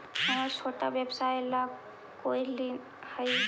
हमर छोटा व्यवसाय ला कोई ऋण हई?